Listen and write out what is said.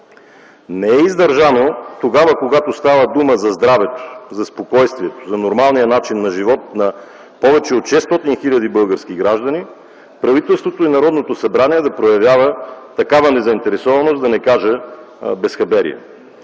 Не е издържано тогава, когато става дума за здравето, за спокойствието, за нормалния начин на живот на повече от 600 хил. граждани, правителството и Народното събрание да проявяват такава незаинтересованост, да не кажа - безхаберие.